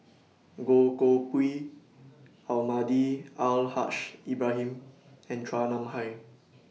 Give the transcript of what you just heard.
Goh Koh Pui Almahdi Al Haj Ibrahim and Chua Nam Hai